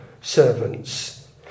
servants